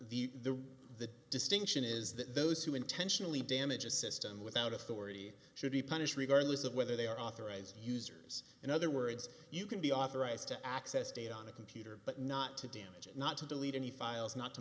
act the the distinction is that those who intentionally damage a system without authority should be punished regardless of whether they are authorized users in other words you can be authorized to access day on a computer but not to damage it not to delete any files not to